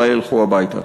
אולי ילכו הביתה.